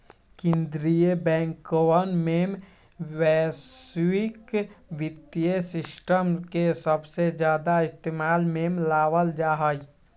कीन्द्रीय बैंकवन में वैश्विक वित्तीय सिस्टम के सबसे ज्यादा इस्तेमाल में लावल जाहई